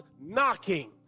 knocking